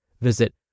Visit